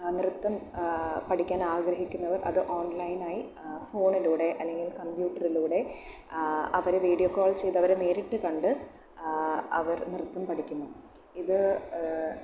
നൃത്തം പഠിക്കാൻ ആഗ്രഹിക്കുന്നവർ അത് ഓൺലൈനായി ഫോണിലൂടെ അല്ലെങ്കിൽ കമ്പ്യൂട്ടറിലൂടെ അവരെ വീഡിയോ കോൾ ചെയ്ത് അവരെ നേരിട്ട് കണ്ട് അവർ നൃത്തം പഠിക്കുന്നു ഇത്